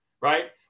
right